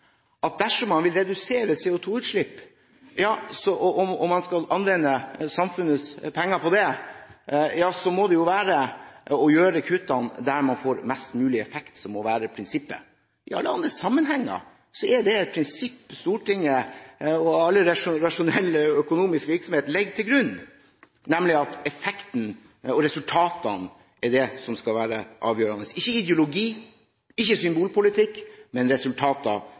at dersom man vil redusere CO2-utslippene og anvende samfunnets penger på det, må en ta kuttene der man får mest mulig effekt. Det må være prinsippet. I alle andre sammenhenger er det et prinsipp i Stortinget og noe all rasjonell økonomisk virksomhet legger til grunn, nemlig at effekten og resultatene er det som skal være avgjørende – ikke ideologi, ikke symbolpolitikk, men resultater.